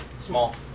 small